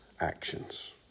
actions